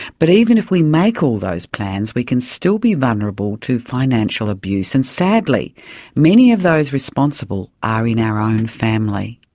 but even if we make all those plans we can still be vulnerable to financial abuse, and sadly many of those responsible are in our own family.